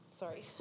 Sorry